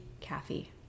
Kathy